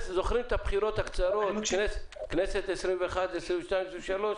זוכרים את הבחירות קצרות, כנסת 21, 22, 23?